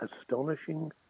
astonishing